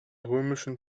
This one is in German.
römischen